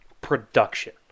Production